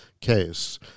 case